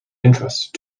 interest